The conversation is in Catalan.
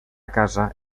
casa